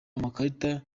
amakarita